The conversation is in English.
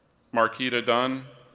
marquita dunn,